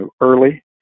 early